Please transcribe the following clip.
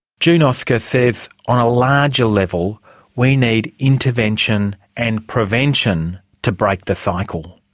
june oscar says on a larger level we need intervention and prevention to break the cycle.